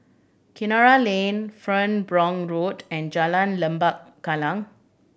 Kinara Lane Farnborough Road and Jalan Lembah Kallang